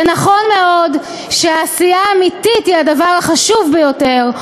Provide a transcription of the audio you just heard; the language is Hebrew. זה נכון מאוד שהעשייה האמיתית היא הדבר החשוב ביותר.